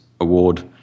award